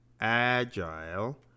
agile